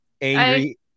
angry